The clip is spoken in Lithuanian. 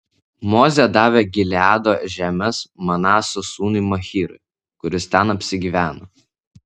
mozė davė gileado žemes manaso sūnui machyrui kuris ten apsigyveno